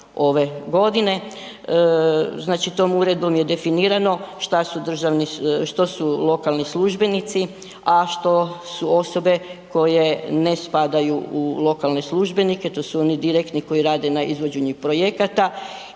ove godine. Znači, tom uredbom je definirano šta su državni, što su lokalni službenici, a što su osobe koje ne spadaju u lokalne službenike to su oni direktni koji rade na izvođenju projekta